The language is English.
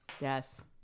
yes